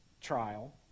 trial